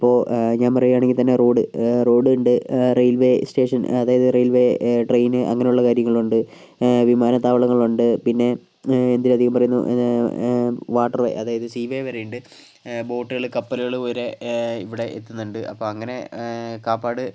ഇപ്പോൾ ഞാൻ പറയുകയാണെങ്കിൽ തന്നെ റോഡ് റോഡുണ്ട് റെയിൽവേ സ്റ്റേഷൻ അതായത് റെയിൽവേ ട്രെയിൻ അങ്ങനെയുള്ള കാര്യങ്ങളുണ്ട് വിമാനത്താവളങ്ങളുണ്ട് പിന്നെ എന്തിലധികം പറയുന്നു വാട്ടർ വേ അതായത് സീ വേ വരെയുണ്ട് ബോട്ടുകൾ കപ്പലുകൾ വരെ ഇവിടെ എത്തുന്നുണ്ട് അപ്പോൾ അങ്ങനെ കാപ്പാട്